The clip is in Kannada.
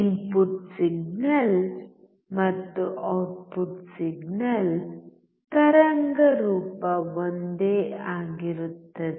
ಇನ್ಪುಟ್ ಸಿಗ್ನಲ್ ಮತ್ತು ಔಟ್ಪುಟ್ ಸಿಗ್ನಲ್ ತರಂಗರೂಪ ಒಂದೇ ಆಗಿರುತ್ತದೆ